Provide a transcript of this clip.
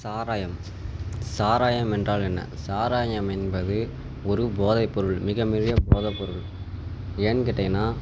சாராயம் சாராயம் என்றால் என்ன சாராயம் என்பது ஒரு போதைப் பொருள் மிக மிக போதைப் பொருள் ஏன்னு கேட்டீங்கன்னா